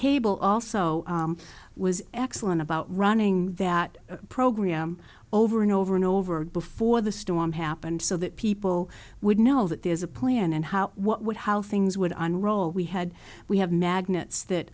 cable also was excellent about running that program over and over and over before the storm happened so that people would know that there's a plan and how what would how things would on roll we had we have magnets that